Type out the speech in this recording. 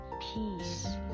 peace